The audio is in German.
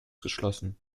geschlossen